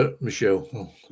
Michelle